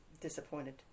disappointed